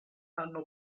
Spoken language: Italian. hanno